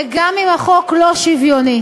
וגם אם החוק לא שוויוני,